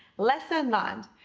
lesson learned,